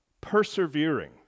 persevering